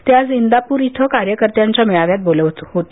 ते आज इंदापूर इथंकार्यकर्त्यांच्या मेळाव्यात बोलत होते